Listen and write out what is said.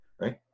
Right